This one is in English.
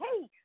hey